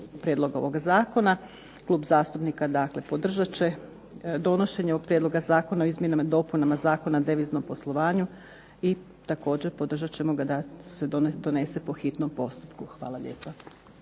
prijedlog ovoga zakona. Klub zastupnika podržat će donošenje ovog Prijedloga zakona o izmjenama i dopunama Zakona o deviznom poslovanju i također podržat ćemo ga da se donese po hitnom postupku. Hvala lijepa.